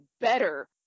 better